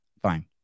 Fine